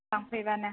लांफैबानो